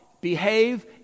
behave